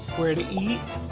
where to eat,